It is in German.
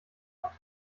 hat